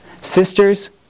Sisters